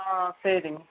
ஆ சரிங்க